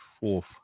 fourth